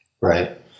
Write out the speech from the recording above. Right